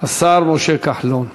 השר משה כחלון.